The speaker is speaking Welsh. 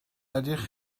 ydych